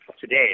today